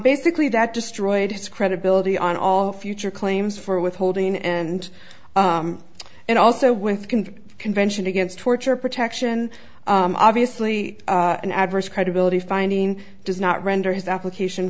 basically that destroyed his credibility on all future claims for withholding and and also with can convention against torture protection obviously an adverse credibility finding does not render his application